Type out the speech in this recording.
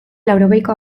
laurogeiko